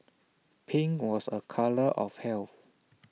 pink was A colour of health